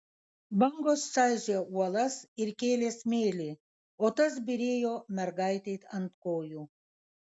bangos čaižė uolas ir kėlė smėlį o tas byrėjo mergaitei ant kojų